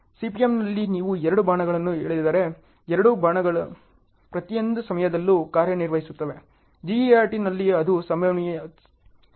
CPMನಲ್ಲಿ ನೀವು ಎರಡು ಬಾಣಗಳನ್ನು ಎಳೆದರೆ ಎರಡೂ ಬಾಣಗಳು ಪ್ರತಿಯೊಂದು ಸಮಯದಲ್ಲೂ ಕಾರ್ಯನಿರ್ವಹಿಸುತ್ತವೆ GERT ನಲ್ಲಿ ಅದು ಸಂಭವಿಸಬೇಕಾಗಿಲ್ಲ